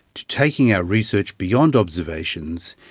to taking our research beyond observations,